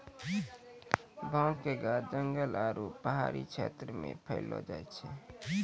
भांगक गाछ जंगल आरू पहाड़ी क्षेत्र मे पैलो जाय छै